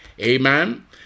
Amen